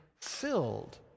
filled